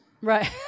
Right